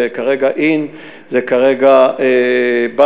זה כרגע in,